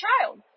child